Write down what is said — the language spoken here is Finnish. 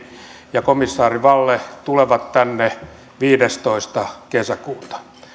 ja komissaari vella tulevat tänne viidestoista kesäkuuta